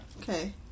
Okay